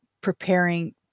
preparing